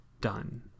done